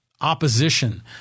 opposition